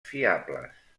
fiables